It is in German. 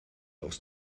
aus